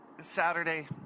Saturday